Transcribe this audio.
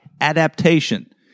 adaptation